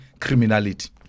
criminality